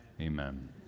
Amen